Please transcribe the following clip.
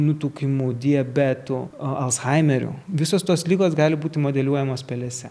nutukimu diabetu alzhaimeriu visos tos ligos gali būti modeliuojamos pelėse